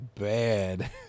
bad